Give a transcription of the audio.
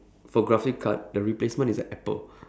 for graphic card the replacement is an apple